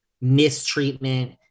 mistreatment